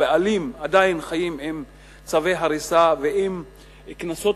הבעלים עדיין חיים עם צווי הריסה ועם קנסות